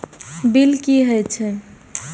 Bill की हौए छै?